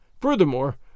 Furthermore